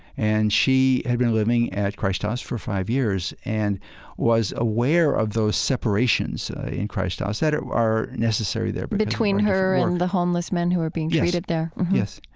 and she had been living at christ house for five years and was aware of those separations in christ house that are are necessary there between her and the homeless men who were being treated there yes.